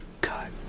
God